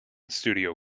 studio